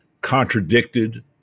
contradicted